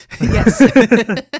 yes